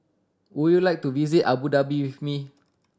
would you like to visit Abu Dhabi with me